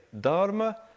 Dharma